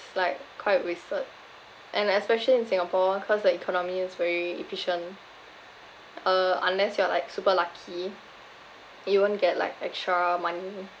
like quite wasted and especially in singapore cause the economy is very efficient uh unless you are like super lucky you won't get like extra money